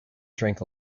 drink